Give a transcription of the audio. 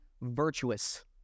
virtuous